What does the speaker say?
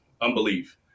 unbelief